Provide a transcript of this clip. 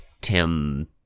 Tim